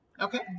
Okay